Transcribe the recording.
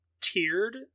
Tiered